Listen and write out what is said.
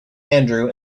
andrew